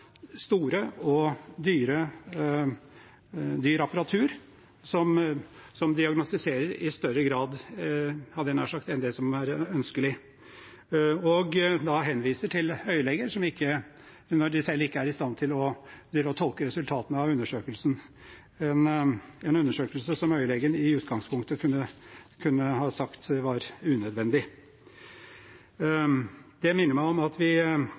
hadde jeg nær sagt – enn det som er ønskelig, og henviser til øyeleger når de selv ikke er i stand til å tolke resultatene av undersøkelsen, en undersøkelse som øyelegen i utgangspunktet kunne ha sagt var unødvendig? Det minner meg om at vi